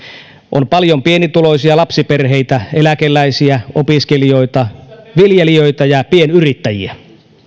on paljon pienituloisia lapsiperheitä eläkeläisiä opiskelijoita viljelijöitä ja pienyrittäjiä